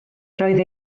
roedd